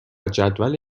جدول